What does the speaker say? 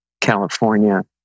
California